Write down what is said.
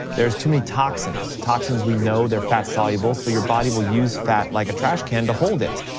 there's too many toxins. toxins, we know they're fat soluble, so your body will use fat like a trash can to hold it.